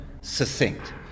succinct